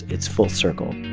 it's full circle